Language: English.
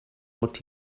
what